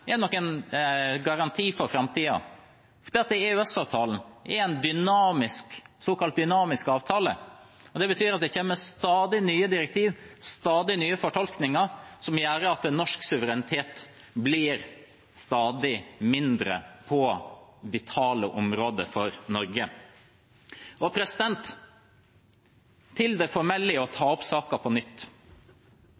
er noen garanti for framtiden, for EØS-avtalen er en såkalt dynamisk avtale. Det betyr at det kommer stadig nye direktiver, stadig nye fortolkninger, som gjør at norsk suverenitet blir stadig mindre på vitale områder for Norge. Til det formelle ved å ta